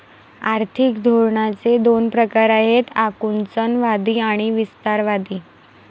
आर्थिक धोरणांचे दोन प्रकार आहेत आकुंचनवादी आणि विस्तारवादी